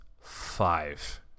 five